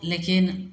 लेकिन